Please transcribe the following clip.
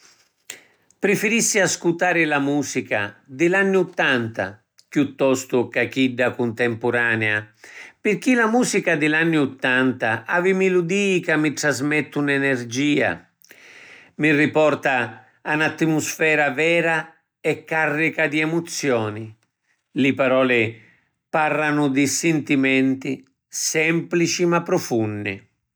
Prifirissi ascutari la musica di l’anni uttanta chiuttostu ca chidda cuntempuranea pirchì la musica di l’anni uttanta havi miludii ca mi trasmettunu energia. Mi riporta a n’attimusfera vera e carrica di emozioni. Li paroli parranu di sintimenti semplici ma prufunni.